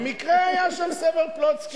במקרה היה שם סבר פלוצקר.